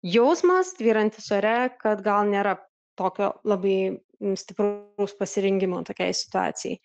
jausmas tvyrantis ore kad gal nėra tokio labai stipraus pasirengimo tokiai situacijai